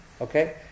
Okay